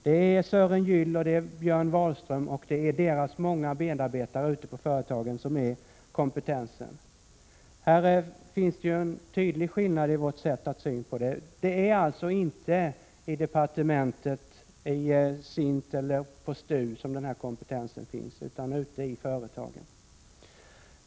Det är Sören Gyll, Björn Wahlström och deras många medarbetare ute på företagen som utgör kompetensen. Det finns en tydlig skillnad i vårt sätt att se på detta. Det är alltså inte i departementet, i SIND eller i STU som kompetensen finns utan ute i företagen.